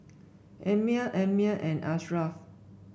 Ammir Ammir and Ashraff